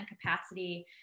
capacity